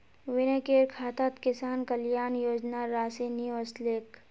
विनयकेर खातात किसान कल्याण योजनार राशि नि ओसलेक